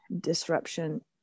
disruption